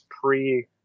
pre